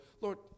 Lord